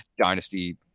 dynasty